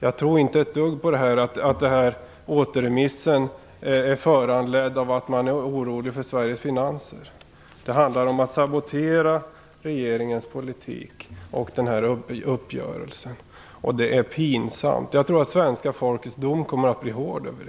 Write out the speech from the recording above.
Jag tror inte ett dugg på att återremissen är föranledd av att man är orolig för Sveriges finanser. Det handlar om att sabotera regeringens politik och den här uppgörelsen. Det är pinsamt. Jag tror att svenska folkets dom kommer att bli hård.